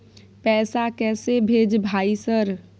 पैसा कैसे भेज भाई सर?